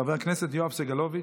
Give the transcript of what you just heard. חבר הכנסת יואב סגלוביץ'